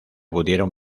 pudieron